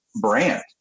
brand